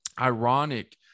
ironic